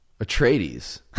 Atreides